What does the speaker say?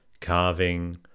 carving